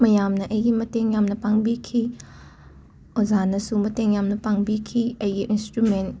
ꯃꯌꯥꯝꯅ ꯑꯩꯒꯤ ꯃꯇꯦꯡ ꯌꯥꯝꯅ ꯄꯥꯡꯕꯤꯈꯤ ꯑꯣꯖꯥꯅꯁꯨ ꯃꯇꯦꯡ ꯌꯥꯝꯅ ꯄꯥꯡꯕꯤꯈꯤ ꯑꯩꯒꯤ ꯏꯟꯁꯇ꯭ꯔꯨꯃꯦꯟ